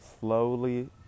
Slowly